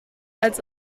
als